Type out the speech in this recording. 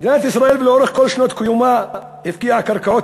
מדינת ישראל לאורך כל שנות קיומה הפקיעה קרקעות